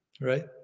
Right